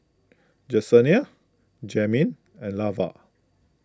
Jesenia Jamin and Lavar